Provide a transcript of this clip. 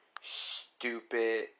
stupid